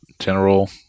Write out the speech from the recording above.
general